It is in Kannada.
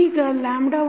ಈಗ 12